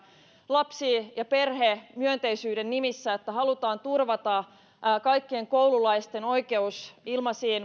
lapsi ja perhemyönteisyyden nimissä päätöksiä siitä että halutaan turvata kaikkien koululaisten oikeus